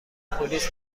پلیس